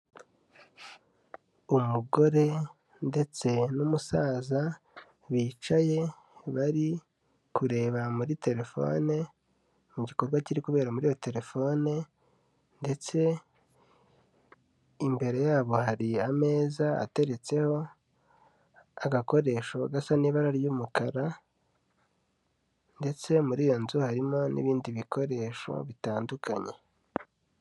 Umugore ndetse n'umusaza bicaye bari kureba muri telefone mu gikorwa kiri kubera muri iyo telefone, ndetse imbere yabo hari ameza ateretseho agakoresho gasa n'ibara ry'umukara, ndetse muri iyo nzu harimo n'ibindi bikoresho bitandukanye.